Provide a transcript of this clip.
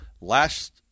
last